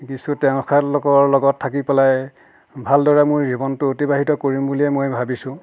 কিছু তেওঁ তেখেতলোকৰ লগত থাকি পেলাই ভালদৰে মোৰ জীৱনটো অতিবাহিত কৰিম বুলিয়ে মই ভাবিছোঁ